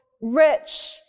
rich